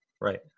Right